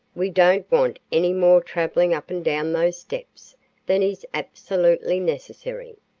we don't want any more traveling up and down those steps than is absolutely necessary.